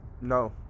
No